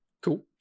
Cool